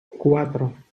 cuatro